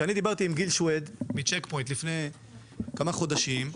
כשאני דיברתי עם גיל שויד מצ'ק פוינט לפני כמה חודשים,